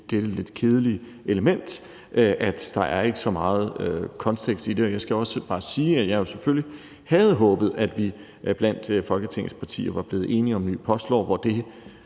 dette lidt kedelige element, at der ikke er så meget kontekst i det. Jeg skal også bare sige, at jeg jo selvfølgelig havde håbet, at vi blandt Folketingets partier var blevet enige om en ny postlov, hvor det